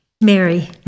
Mary